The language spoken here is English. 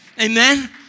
Amen